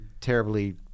terribly